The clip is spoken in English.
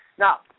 Now